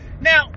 Now